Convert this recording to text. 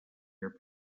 your